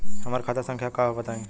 हमार खाता संख्या का हव बताई?